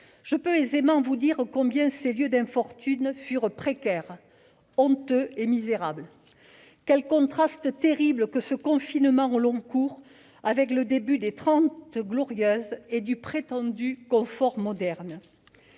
je peux aisément vous dire combien ces lieux d'infortune furent précaires, honteux et misérables. Quel contraste terrible entre ce confinement au long cours et le prétendu confort moderne